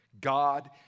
God